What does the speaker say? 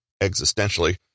existentially